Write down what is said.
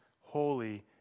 holy